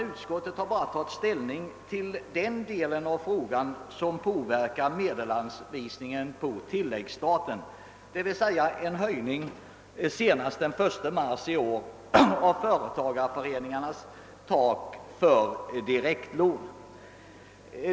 Utskottet har bara tagit ställning till den del av frågan som påverkar medelsanvisningen på tilläggsstaten, d.v.s. en höjning senast den 1 mars i år av företagareföreningarnas tak för direktlån.